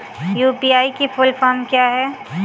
UPI की full form क्या है?